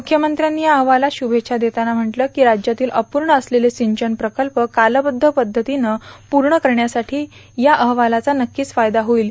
मुख्यमंत्र्यांनी या अहवालात शुभेच्छा देताना म्हटल की राज्यातील अपूर्ण असलेले सिंचन प्रकल्प कालबेध्द पद्धतीनं पूर्ण करण्यासाठी या अहवालाचा नक्कीच फायदा होईल